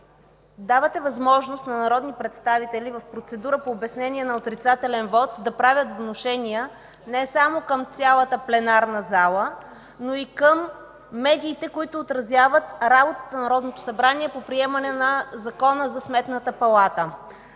давате възможност на народни представители в процедура по обяснение на отрицателен вот да правят внушения не само към пленарната зала, но и към медиите, които отразяват работата на Народното събрание по приемане на Закона за Сметната палата.